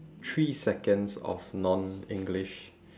three seconds of non english